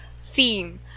theme